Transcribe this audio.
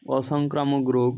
অসংক্রামক রোগ